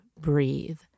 breathe